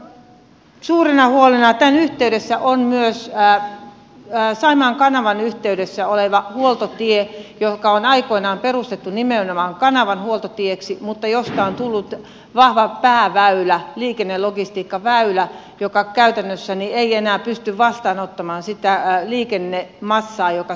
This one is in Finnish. nyt suurena huolena tämän yhteydessä on myös saimaan kanavan yhteydessä oleva huoltotie joka on aikoinaan perustettu nimenomaan kanavan huoltotieksi mutta josta on tullut vahva pääväylä liikennelogistiikkaväylä joka käytännössä ei enää pysty vastaanottamaan sitä liikennemassaa joka sieltä tulee